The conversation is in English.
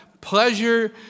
pleasure